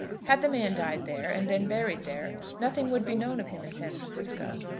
had the man died there, and been buried there, nothing would be known of him in san francisco.